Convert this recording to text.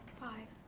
five.